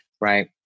Right